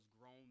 grown